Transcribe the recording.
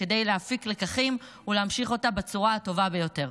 כדי להפיק לקחים ולהמשיך אותה בצורה הטובה ביותר.